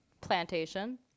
plantation